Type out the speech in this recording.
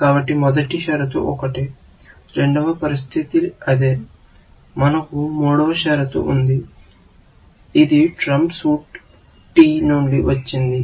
కాబట్టి మొదటి షరతు ఒకటే రెండవ పరిస్థితి అదే మనకు మూడవ షరతు ఉంది ఇది ట్రంప్ సూట్ టి నుండి వచ్చింది